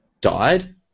died